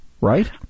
Right